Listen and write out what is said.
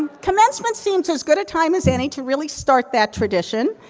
commencement seems as good a time as any to really start that tradition,